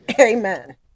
Amen